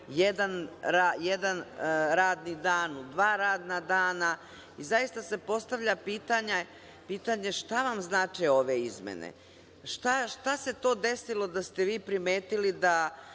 jedan radni dan u dva radna dana, i zaista se postavlja pitanje šta vam znače ove izmene? Šta se to desilo da ste vi primetili da